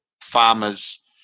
farmers